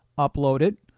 upload it,